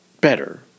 Better